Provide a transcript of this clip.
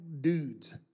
dudes